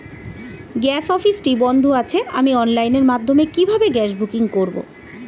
Gas অফিসটি বন্ধ আছে আমি অনলাইনের মাধ্যমে কিভাবে গ্যাস বুকিং করব?